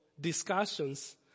discussions